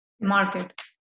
market